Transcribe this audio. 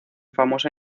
famosa